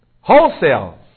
Wholesale